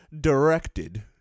directed